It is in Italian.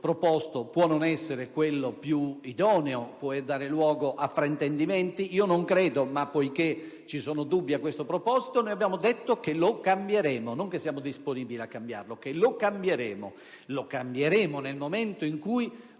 testo proposto può non essere quello più idoneo, può dare luogo a fraintendimenti. Io non credo, ma poiché ci sono dubbi in proposito, noi abbiamo detto che lo cambieremo: non che siamo disponibili a cambiarlo, ma che lo cambieremo. E lo faremo nel momento in cui